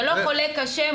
זה לא חולה קשה,